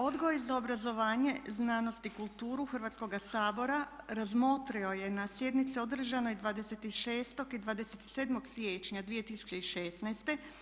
Odbor za obrazovanje, znanost i kulturu Hrvatskoga sabora razmotrio je na sjednici održanoj 26. i 27. siječnja 2016.